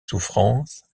souffrances